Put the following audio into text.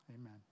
Amen